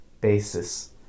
basis